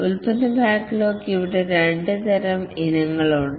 product backlog ഇവിടെ 2 തരം ഇനങ്ങൾ ഉണ്ട്